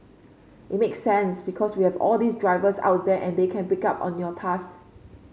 it makes sense because we have all these drivers out there and they can pick up on your task